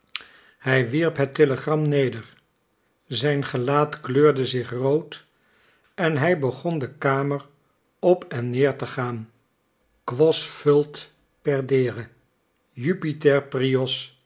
hij wierp het telegram neder zijn gelaat kleurde zich rood en hij begon de kamer op en neer te gaan quos vult perdere jupiter